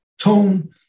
tone